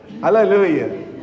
Hallelujah